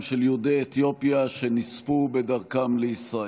של יהודי אתיופיה שנספו בדרכם לישראל.